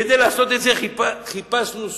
כדי לעשות את זה חיפשנו ספונסר,